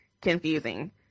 confusing